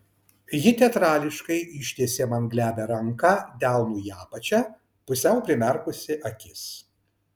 ji teatrališkai ištiesė man glebią ranką delnu į apačią pusiau primerkusi akis